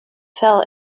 fell